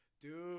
Dude